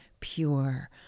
Pure